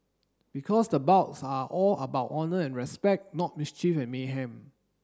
because the bouts are all about honour and respect not mischief and mayhem